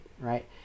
right